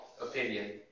opinion